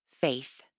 faith